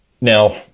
Now